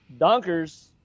Donkers